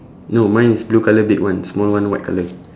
no mine is blue colour big one small one white colour